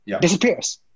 disappears